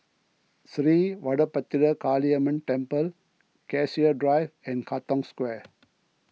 Sri Vadapathira Kaliamman Temple Cassia Drive and Katong Square